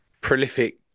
prolific